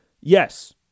Yes